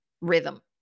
rhythm